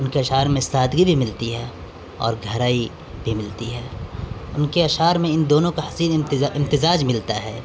ان کے اشعار میں سادگی بھی ملتی ہے اور گہرائی بھی ملتی ہے ان کے اشعار میں ان دونوں کا حسین امتزاج ملتا ہے